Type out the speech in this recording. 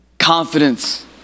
confidence